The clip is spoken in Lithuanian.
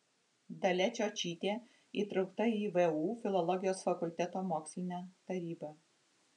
dalia čiočytė įtraukta į vu filologijos fakulteto mokslinę tarybą